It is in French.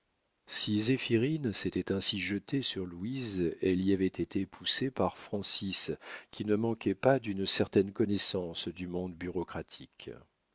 si zéphirine s'était ainsi jetée sur louise elle y avait été poussée par francis qui ne manquait pas d'une certaine connaissance du monde bureaucratique